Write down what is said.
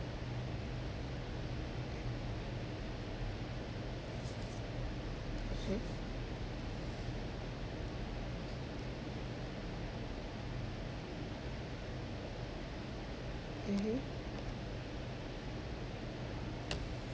mmhmm